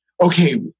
okay